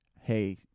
Hey